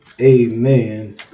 Amen